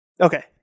Okay